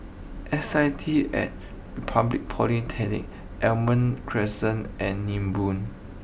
S I T at Republic Polytechnic Almond Crescent and Nibong